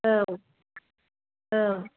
औ औ